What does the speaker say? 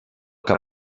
que